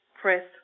press